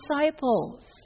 disciples